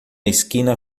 esquina